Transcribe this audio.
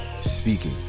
speaking